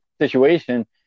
situation